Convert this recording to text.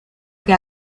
que